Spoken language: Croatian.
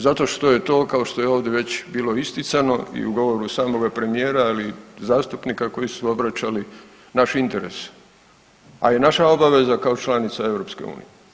Zato što je to, kao što je ovdje već bilo isticano, i u govoru samoga premijera, ali i zastupnika koji su obraćali naš interes, a i naša obaveza kao članica EU.